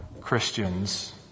Christians